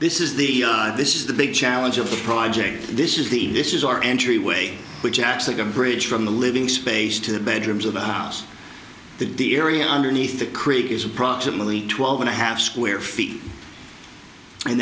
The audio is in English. this is the this is the big challenge of the project this is the this is our entryway which acts like a bridge from the living space to the bedrooms of the house the di area underneath the creek is approximately twelve and a half square feet and